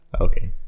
Okay